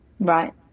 Right